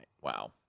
Wow